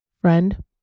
Friend